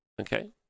okay